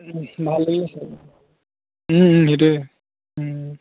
ভাল লাগিলে চাই সেইটোৱে